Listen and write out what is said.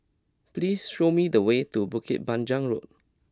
please show me the way to Bukit Panjang Road